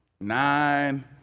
nine